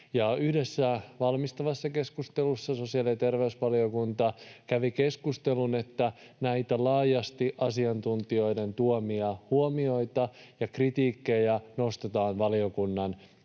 Yhdessä valmistavassa keskustelussa sosiaali- ja terveysvaliokunta kävi keskustelun, että näitä laajasti asiantuntijoiden tuomia huomioita ja kritiikkejä nostetaan valiokunnan